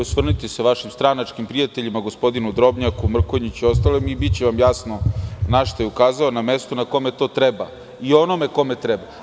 Osvrnite se vašim stranačkim prijateljima, gospodinu Drobnjaku, Mrkonjiću i ostalima i biće vam jasno našta je ukazao, na mesto na kome to treba i onome kome treba.